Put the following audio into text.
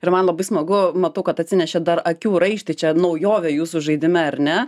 ir man labai smagu matau kad atsinešėt dar akių raištį čia naujovė jūsų žaidime ar ne